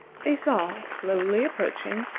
they saw, slowly approaching,